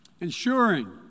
Ensuring